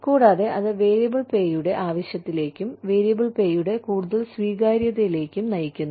കൂടാതെ അത് വേരിയബിൾ പേയുടെ ആവശ്യത്തിലേക്കും വേരിയബിൾ പേയുടെ കൂടുതൽ സ്വീകാര്യതയിലേക്കും നയിക്കുന്നു